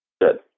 Good